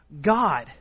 God